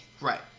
Right